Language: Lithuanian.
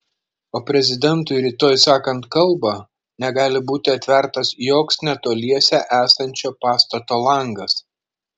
o prezidentui rytoj sakant kalbą negali būti atvertas joks netoliese esančio pastato langas